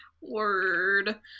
Word